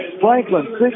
Franklin